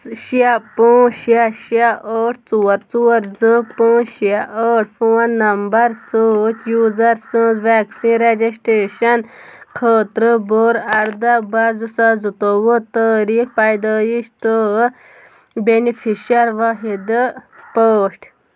شےٚ پٲنٛژھ شےٚ شےٚ ٲٹھ ژور ژور زٕ پٲنٛژھ شےٚ ٲٹھ فون نَمبَر سۭتۍ یوٗزَر سٕنٛز وٮ۪کسیٖن رٮ۪جِسٹرٛیشَن خٲطرٕ بٔر اَرٕدہ بَہہ زٕ ساس زٕتووُہ تٲریٖخ پیدٲیِش تہٕ بٮ۪نِفِشَر واحِدٕ پٲٹھۍ